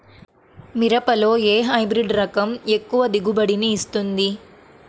మిరపలో ఏ హైబ్రిడ్ రకం ఎక్కువ దిగుబడిని ఇస్తుంది?